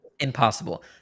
Impossible